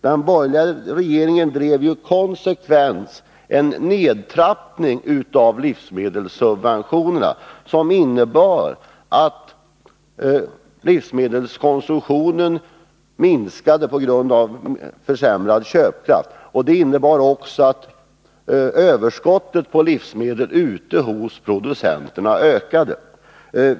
Den borgerliga regeringen drev ju konsekvent en nedtrappning av livsmedelssubventionerna, som innebar att livsmedelskonsumtionen minskade på grund av försämrad köpkraft. Det innebar också att överskottet på livsmedel ute hos producenterna ökade.